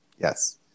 Yes